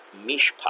mishpat